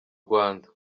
rwanda